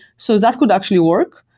so that could actually work.